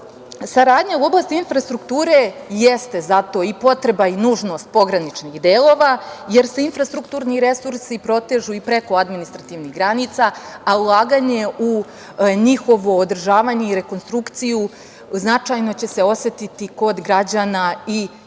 saradnja u oblasti infrastrukture jeste zato i potreba i nužnost pograničnih delova, jer se infrastrukturni resursi protežu i preko administrativnih granica, a ulaganje u njihovo održavanje i rekonstrukciju značajno će se osetiti kod građana i jedne